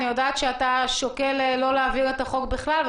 אני יודעת שאתה שוקל לא להעביר את החוק בכלל,